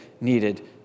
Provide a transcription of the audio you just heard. needed